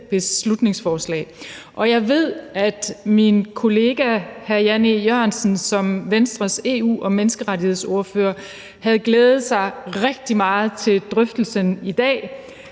beslutningsforslag. Jeg ved, at min kollega hr. Jan E. Jørgensen, som er Venstres EU- og menneskerettighedsordfører, havde glædet mig rigtig meget til drøftelsen i dag,